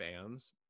fans